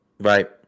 Right